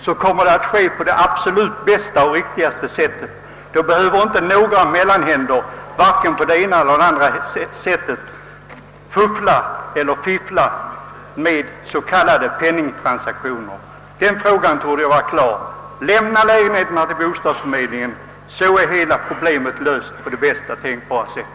Då kommer förmedlingen att ske på det absolut bästa och mest rättvisa sättet, och inga mellanhänder får tillfälle att fiffla med s.k. penningtransaktioner. Jag understryker: lämna lägenheterna till bostadsförmedlingen, så löses problemen på bästa tänkbara sätt!